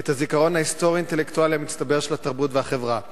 את הזיכרון ההיסטורי האינטלקטואלי המצטבר של התרבות והחברה.